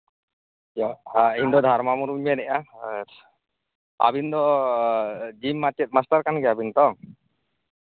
ᱦᱮᱸ ᱤᱧᱫᱚ ᱫᱷᱟᱨᱢᱟ ᱢᱩᱨᱢᱩᱧ ᱢᱮᱱᱮᱫᱼᱟ ᱟᱨ ᱟᱹᱵᱤᱱ ᱫᱚ ᱡᱤᱢ ᱢᱟᱪᱮᱫ ᱢᱟᱥᱴᱟᱨ ᱠᱟᱱ ᱜᱮᱭᱟᱵᱤᱱ ᱛᱚ